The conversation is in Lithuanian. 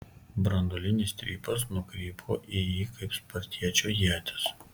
branduolinis strypas nukrypo į jį kaip spartiečio ietis